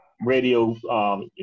radio